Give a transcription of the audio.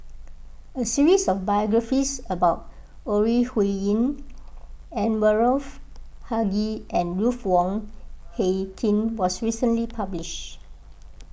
a series of biographies about Ore Huiying Anwarul Haque and Ruth Wong Hie King was recently published